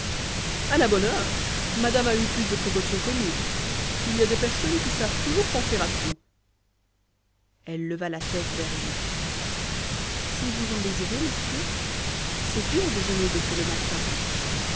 a la bonne heure madame a eu plus de précaution que nous il y a des personnes qui savent toujours penser à tout elle leva la tête vers lui si vous en désirez monsieur c'est dur de jeûner depuis le matin